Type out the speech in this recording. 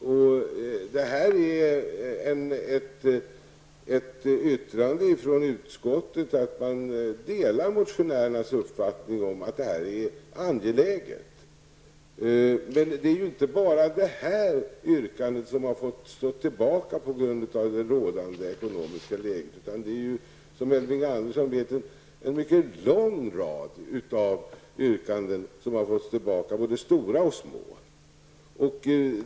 Utskottet delar alltså motionärernas uppfattning att det här är angeläget. Men det är ju inte bara detta yrkande som har fått stå tillbaka på grund av det rådande ekonomiska läget, utan det är, som Elving Andersson vet, en mycket lång rad av yrkanden som har fått stå tillbaka, både stora och små.